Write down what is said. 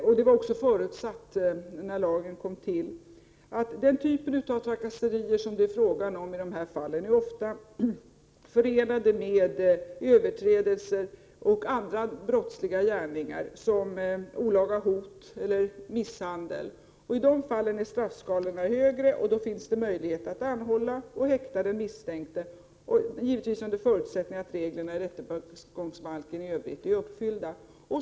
Detta var också förutsatt när lagen kom till. Den typ av trakasserier som det är fråga om i de här fallen är ofta förenade med överträdelser och andra brottsliga gärningar. I de fallen är straffskalorna högre, och då finns det möjlighet att anhålla och häkta den misstänkte, givetvis under förutsättning att reglerna i rättegångsbalken i övrigt är uppfyllda.